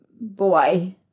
boy